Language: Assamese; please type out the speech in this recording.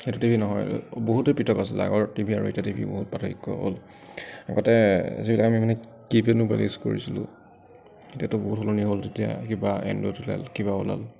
সেইটো টি ভি নহয় বহুতেই পৃৃথক আছিলে আগৰ টি ভি আৰু এতিয়াৰ টি ভিৰ বহুত পাৰ্থক্য হ'ল আগতে যিহেতু আমি মানে কিপেড মোবাইল ইউজ কৰিছিলোঁ এতিয়াতো বহুত সলনি হ'ল এতিয়া কিবা এণ্ড্ৰইড ওলাল কিবা ওলাল